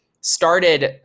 started